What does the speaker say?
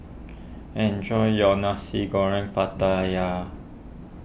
enjoy your Nasi Goreng Pattaya